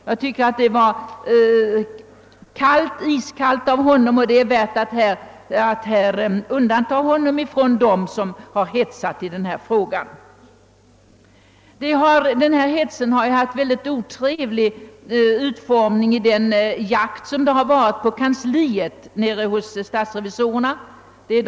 Jag tycker att han i detta sammanhang visat ett iskallt lugn, och det är av värde att kunna undanta honom från dem som hetsat i denna fråga. Denna hets har varit mycket otrevlig på grund av den jakt som etablerats på statsrevisorernas kansli.